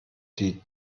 die